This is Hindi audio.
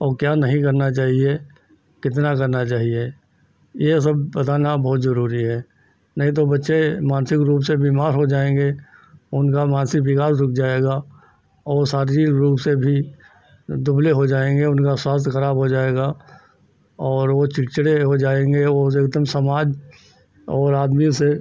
औ क्या नहीं करना चाहिए कितना करना चाहिए यह सब बताना बहुत ज़रूरी है नहीं तो बच्चे मानसिक रूप से बीमार हो जाएँगे उनका मानसिक विकास रुक जाएगा और वह शारीरिक रूप से भी दुबले हो जाएँगे उनका स्वास्थ्य खराब हो जाएगा और वह चिड़चिड़े हो जाएँगे वह जो एकदम समाज और आदमी से